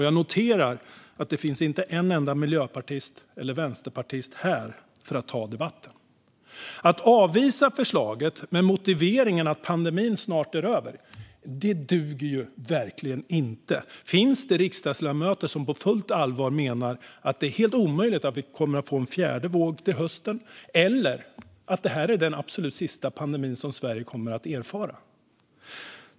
Jag noterar att det inte finns en enda miljöpartist eller vänsterpartist här för att ta debatten. Att avvisa förslaget med motiveringen att pandemin snart är över duger verkligen inte. Finns det riksdagsledamöter som på fullt allvar menar att det är helt omöjligt att vi får en fjärde våg till hösten eller att det här är den absolut sista pandemi som Sverige kommer att erfara?